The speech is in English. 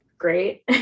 Great